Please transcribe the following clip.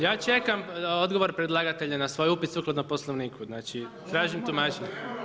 Ja čekam odgovor predlagatelja na svoj upit sukladno Poslovniku, znači tražim tumačenje.